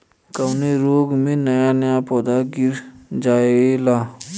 कवने रोग में नया नया पौधा गिर जयेला?